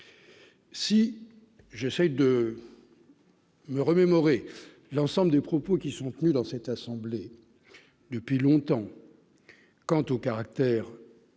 Si j'essaye de. Me remémorer l'ensemble des propos qui sont tenus dans cette assemblée depuis longtemps quant au caractère